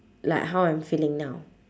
like how I'm feeling now